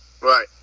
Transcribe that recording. Right